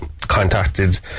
contacted